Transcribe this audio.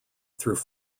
through